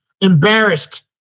embarrassed